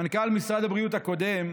מנכ"ל משרד הבריאות הקודם,